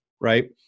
Right